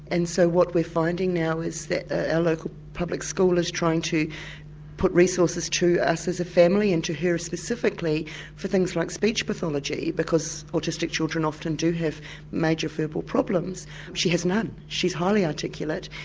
and so what we're finding now is that our ah local public school is trying to put resources to us as a family and to her specifically for things like speech pathology because autistic children often do have major verbal problems she has none, she's highly articulate,